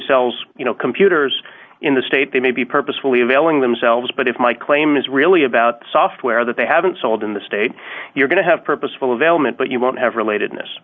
sells you know computers in the state they may be purposefully availing themselves but if my claim is really about software that they haven't sold in the state you're going to have purposeful of ailment but you won't have related